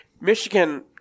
Michigan